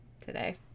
today